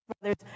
brothers